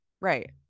right